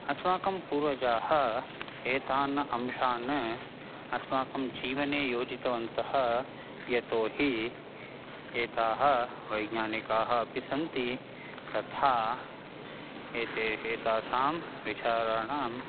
अस्माकं पूर्वजाः एतान् अंशान् अस्माकं जीवने योजितवन्तः यतोहि एताः वैज्ञानिकाः अपि सन्ति तथा एते एतासां विचाराणां